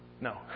No